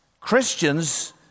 Christians